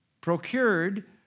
procured